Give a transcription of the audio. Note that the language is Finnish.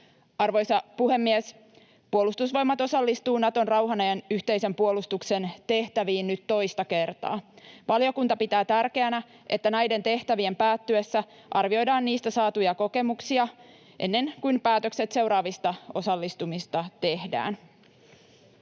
Arvoisa puhemies! Puolustusvoimat osallistuu Naton rauhanajan yhteisen puolustuksen tehtäviin nyt toista kertaa. Valiokunta pitää tärkeänä, että näiden tehtävien päättyessä arvioidaan niistä saatuja kokemuksia, ennen kuin päätökset seuraavista osallistumisista tehdään.